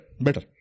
better